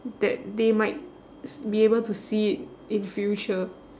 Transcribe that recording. that they might be able to see it in future